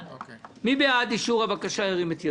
מי שבעד אישור הבקשה ירים את ידו.